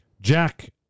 Jack